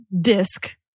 disc